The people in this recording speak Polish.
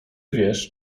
wiesz